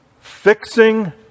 fixing